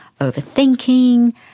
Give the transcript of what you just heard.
overthinking